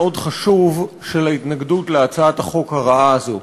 חשוב של ההתנגדות להצעת החוק הרעה הזאת: